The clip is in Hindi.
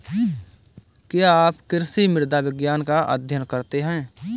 क्या आप कृषि मृदा विज्ञान का अध्ययन करते हैं?